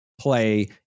play